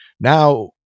Now